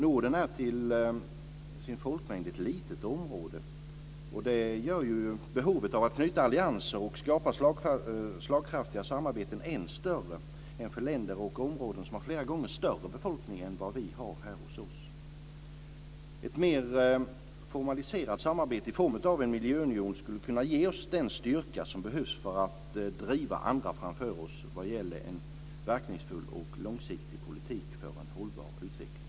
Norden är till sin folkmängd ett litet område, och det gör behovet av att ingå allianser och av att skapa slagkraftiga samarbeten än större än för länder och områden som har flera gånger större befolkning än vad vi har här hos oss. Ett mer formaliserat samarbete i form av en miljöunion skulle kunna ge oss den styrka som behövs för att driva andra framför oss vad gäller en verkningsfull och långsiktig politik för en hållbar utveckling.